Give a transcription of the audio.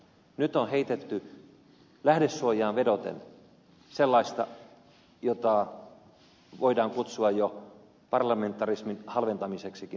nyt on heitetty lähdesuojaan vedoten sellaista jota voidaan kutsua jo parlamentarismin halventamiseksikin